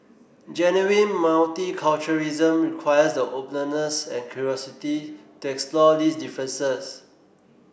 genuine multiculturalism requires the openness and curiosity to explore these differences